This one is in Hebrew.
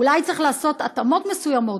אולי צריך לעשות התאמות מסוימות,